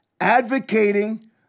advocating